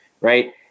right